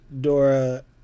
Dora